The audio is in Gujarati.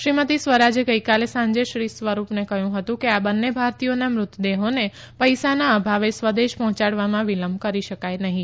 શ્રીમતી સ્વરાજે ગઈકાલે સાંજે શ્રી સ્વરૂપને કહ્યું હતું કે આ બંને ભારતીયોના મૃતદેહોને પૈસાના અભાવે સ્વદેશ પહોંચાડવામાં વિલંબ કરી શકાય નફી